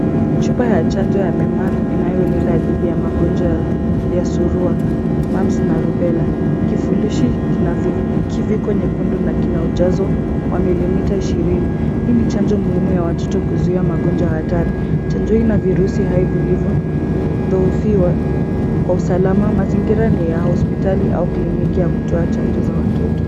Chupa ya chanjo ya MMR inayolinda dhidi ya magonjwa ya Surua, Mumps na Rubella. Kifurushi kina kiviko chekundu na kimewekwa ujazo wa milimita ishirini. Hili ni chanjo ya watoto ya kuzuia magonjwa hatari. Chanjo hii ina virusi hai vilivyo dhoofiwa kwa usalama. Mazingira ni ya hospitali au kliniki ya kutoa chanjo za watoto.